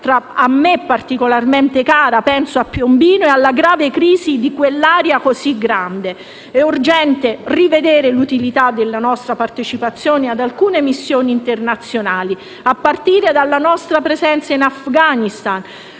a me particolarmente cara: penso a Piombino e alla grave crisi di quell'area così ampia. È urgente rivedere l'utilità della nostra partecipazione ad alcune missioni internazionali a partire dalla nostra presenza in Afghanistan,